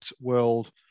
world